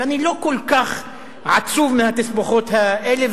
ואני לא כל כך עצוב מהתסבוכות האלה,